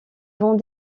vont